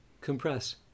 Compress